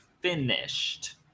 finished